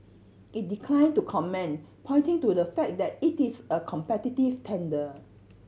it declined to comment pointing to the fact that it is a competitive tender